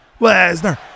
Lesnar